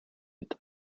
mit